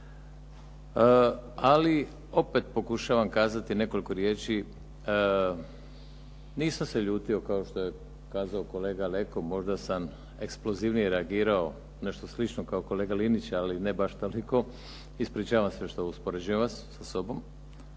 Ali opet pokušavam kazati nekoliko riječi. Nisam se ljutio kao što je kazao kolega Leko, možda sam eksplozivnije reagirao, nešto slično kao kolega Linić ali ne baš toliko. Ispričavam se što vas uspoređujem sa sobom,